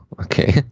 Okay